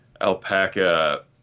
alpaca